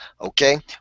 Okay